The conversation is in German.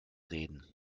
reden